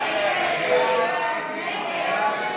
ההסתייגות של חברת הכנסת אורלי